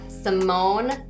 Simone